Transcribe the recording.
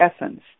essence